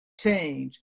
change